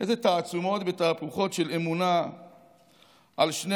איזה תעצומות ותהפוכות של אמונה על שני